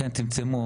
כן, צמצמו.